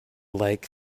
like